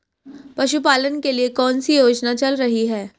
पशुपालन के लिए कौन सी योजना चल रही है?